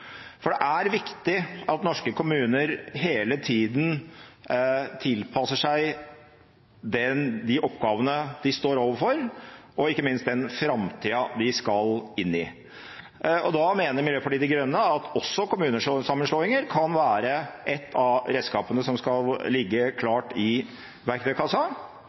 for det er viktig at norske kommuner hele tida tilpasser seg de oppgavene de står overfor, og ikke minst den framtida de skal inn i. Da mener Miljøpartiet De Grønne at også kommunesammenslåinger kan være et av redskapene som skal ligge klart i verktøykassa.